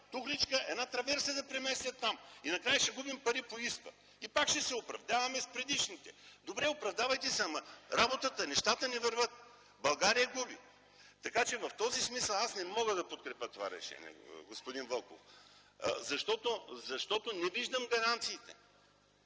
тухличка, една траверса да преместят там. И накрая ще губим пари по ИСПА, и пак ще се оправдаваме с предишните. Добре, оправдавайте се, но работата, нещата не вървят! България губи! Така че в този смисъл, аз не мога да подкрепя това решение, господин Вълков. Защото не виждам гаранциите.